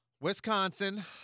Wisconsin